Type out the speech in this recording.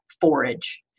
forage